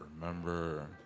remember